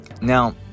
Now